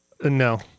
no